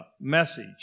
message